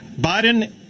biden